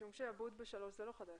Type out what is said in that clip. רישום שעבוד ב-(3), זה לא חדש.